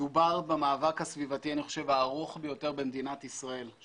מדובר במאבק הסביבתי אני חושב הארוך ביותר במדינת ישראל.